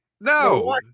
No